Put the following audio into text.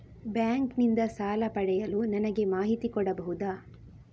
Bank ನಿಂದ ಸಾಲ ಪಡೆಯಲು ನನಗೆ ಮಾಹಿತಿ ಕೊಡಬಹುದ?